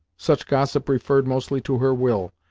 such gossip referred mostly to her will,